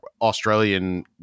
Australian